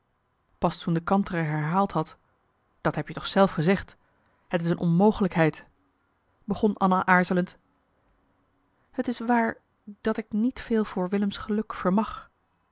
pas toen de kantere herhaald had dat heb je toch zelf gezegd het is een onmogelijkheid begon anna aarzelend t is waar dat ik niet veel voor willems geluk vermag